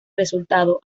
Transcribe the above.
resultado